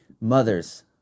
Mothers